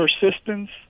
persistence